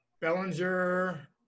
bellinger